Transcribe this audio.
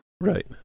Right